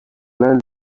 land